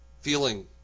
feeling